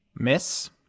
Miss